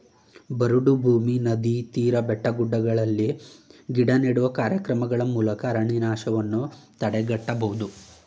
ಬರಡು ಭೂಮಿ, ನದಿ ತೀರ, ಬೆಟ್ಟಗುಡ್ಡಗಳಲ್ಲಿ ಗಿಡ ನೆಡುವ ಕಾರ್ಯಕ್ರಮಗಳ ಮೂಲಕ ಅರಣ್ಯನಾಶವನ್ನು ತಡೆಗಟ್ಟಬೋದು